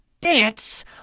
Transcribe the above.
dance